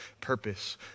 Purpose